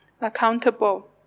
accountable